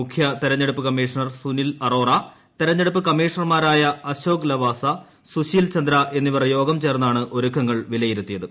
മുഖ്യ തെരഞ്ഞെടുപ്പ് കമ്മീഷണർ സുനിൽ അറോറ തെരഞ്ഞെടുപ്പ് കമ്മീഷണർമാരായ അശോക് ലവാസ സുശീൽ ചന്ദ്ര എന്നിവർ യോഗം ചേർന്നാണ് ഒരുക്കങ്ങൾ വിലയിരുത്തിയത്